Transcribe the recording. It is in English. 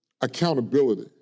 accountability